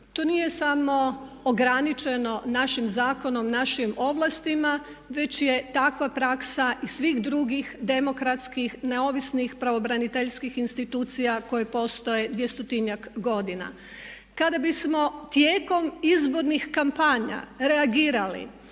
To nije samo ograničeno našim zakonom, našim ovlastima već je takva praksa i svih drugih demokratskih neovisnih pravobraniteljskih institucija koje postoje 200-njak godina. Kada bismo tijekom izbornih kampanja reagirali